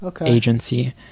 agency